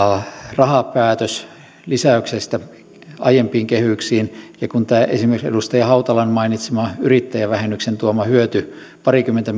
rahapäätös lisäyksestä aiempiin kehyksiin ja kun nämä kaikki esimerkiksi edustaja hautalan mainitsema yrittäjävähennyksen tuoma hyöty parikymmentä